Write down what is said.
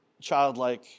childlike